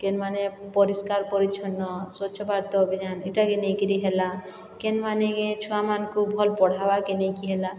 କେନ୍ମାନେ ପରିଷ୍କାର ପରିଚ୍ଛନ୍ନ ସ୍ୱଚ୍ଛ ଭାରତ ଅଭିଯାନ ଇଟାକେ ନେଇକିରି ହେଲା କେନ୍ମାନକେ ଛୁଆମାନଙ୍କୁ ଭଲ୍ ପଢ଼ାବାକେ ନେଇକି ହେଲା